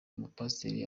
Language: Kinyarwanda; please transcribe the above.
umupasiteri